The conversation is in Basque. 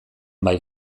bai